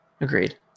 agreed